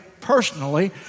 personally